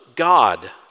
God